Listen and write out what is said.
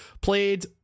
played